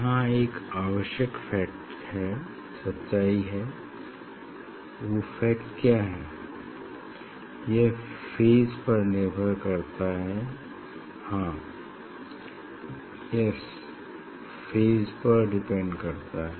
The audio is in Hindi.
यहाँ एक आवश्यक फैक्ट हैं सच्चाई है वो फैक्ट क्या है यह फेज पर निर्भर करता है हाँ यस फेज पर डिपेंड करता है